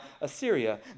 Assyria